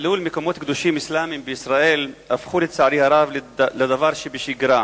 חילול מקומות קדושים אסלאמיים בישראל הפך לצערי הרב לדבר שבשגרה.